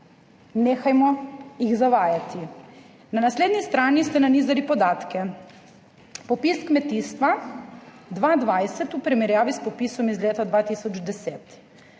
nehajmo jih zavajati. Na naslednji strani ste nanizali podatke, popis kmetijstva 2020 v primerjavi s popisom iz leta 2010.